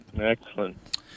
Excellent